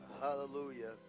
Hallelujah